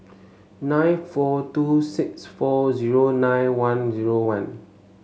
nine four two six four zero nine one zero one